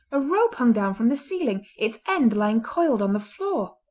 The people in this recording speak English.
a rope hung down from the ceiling, its end lying coiled on the floor.